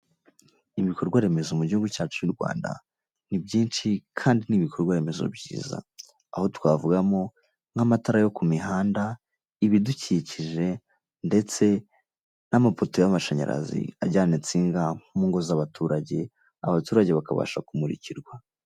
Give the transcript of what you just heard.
Ibikorwaremezo mu gihugu cyacu cy'u Rwanda ni byinshi kandi ni ibikorwaremezo byiza. Aho twavugamo nk'amatara yo ku mihanda, ibidukikije ndetse n'amapoto y'amashanyarazi ajyana insinga mu ngo z'abaturage, abaturage bakabasha kumurikirwa.